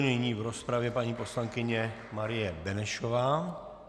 Nyní v rozpravě paní poslankyně Marie Benešová.